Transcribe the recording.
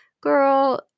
Girl